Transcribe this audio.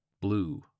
blue